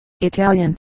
Italian